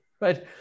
Right